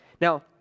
Now